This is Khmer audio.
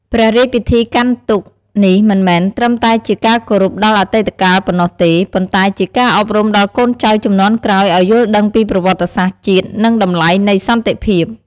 ព្រះរាជពិធីកាន់ទុក្ខនេះមិនមែនត្រឹមតែជាការគោរពដល់អតីតកាលប៉ុណ្ណោះទេ ប៉ុន្តែជាការអប់រំដល់កូនចៅជំនាន់ក្រោយឱ្យយល់ដឹងពីប្រវត្តិសាស្ត្រជាតិ និងតម្លៃនៃសន្តិភាព។